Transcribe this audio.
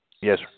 Yes